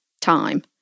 time